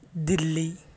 دلی